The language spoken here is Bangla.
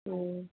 ও